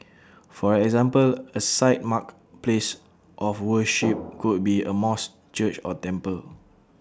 for example A site marked place of worship could be A mosque church or temple